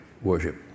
worship